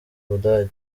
budage